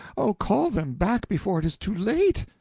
oh call them back before it is too late!